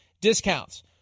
discounts